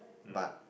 but